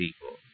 people